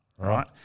Right